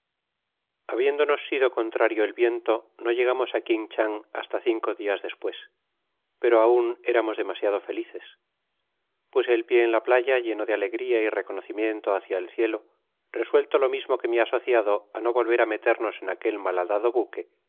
habiéndonos sido contrario el viento no llegamos á quinchang hasta cinco dias despues pero aun éramos demasiado felices puse el pié en la playa lleno de alegria y reconocimiento hácia el cielo resuelto lo mismo que mi asociado á no volver á meternos en aquel malhadado baque